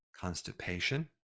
constipation